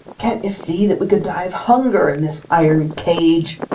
can't you see that we could die of hunger in this iron cage?